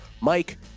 Mike